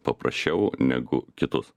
paprasčiau negu kitus